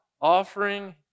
offering